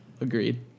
Agreed